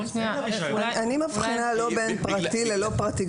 אני לא מבחינה בין פרטי ללא פרטי.